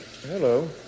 Hello